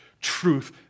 truth